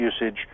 usage